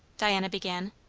diana began.